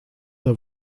der